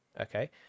okay